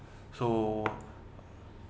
so